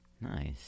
Nice